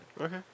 Okay